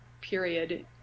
period